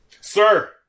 Sir